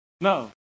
No